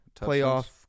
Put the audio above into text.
playoff